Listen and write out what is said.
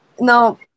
no